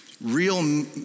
real